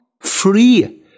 Free